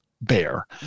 bear